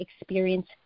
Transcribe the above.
experience